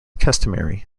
customary